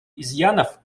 изъянов